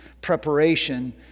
preparation